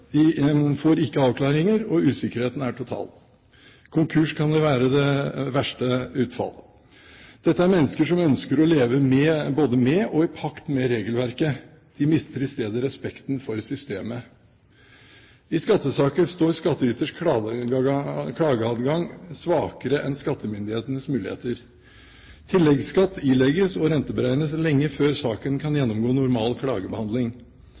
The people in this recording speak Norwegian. får ikke avklaringer, og usikkerheten er total. Konkurs kan være det verste utfall. Dette er mennesker som ønsker å leve både med og i pakt med regelverket. De mister i stedet respekten for systemet. I skattesaker står skattyters klageadgang svakere enn skattemyndighetenes muligheter. Tilleggsskatt ilegges og renteberegnes lenge før saken kan gjennomgå normal klagebehandling.